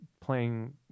playing